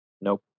Nope